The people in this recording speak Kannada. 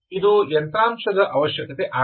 ಇದು ಯಂತ್ರಾಂಶದ ಅವಶ್ಯಕತೆ ಆಗಿದೆ